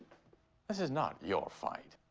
this is not your fight.